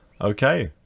Okay